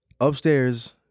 upstairs